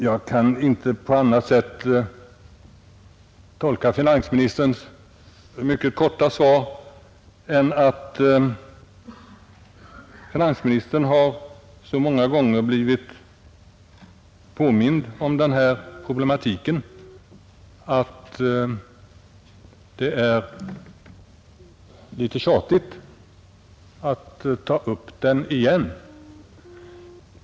Jag kan inte tolka finansministerns mycket korta svar på annat sätt än att finansministern så många gånger blivit påmind om den här problematiken att det är litet tjatigt att ta upp den igen.